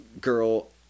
girl